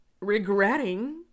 regretting